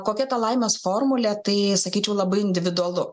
kokia ta laimės formulė tai sakyčiau labai individualu